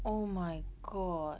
oh my god